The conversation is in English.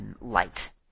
light